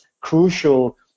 crucial